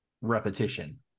repetition